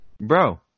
Bro